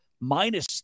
minus